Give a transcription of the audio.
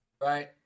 Right